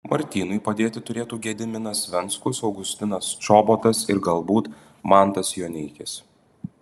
martynui padėti turėtų gediminas venckus augustinas čobotas ir galbūt mantas joneikis